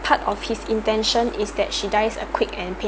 part of his intention is that she dies a quick and